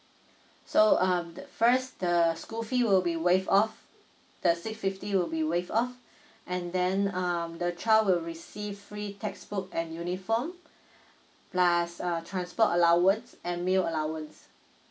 so um the first the school fee will be waived off the six fifty will be waived off and then um the child will receive free textbook and uniform plus uh transport allowance and meal allowance